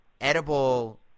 edible